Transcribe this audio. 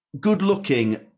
good-looking